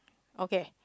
okay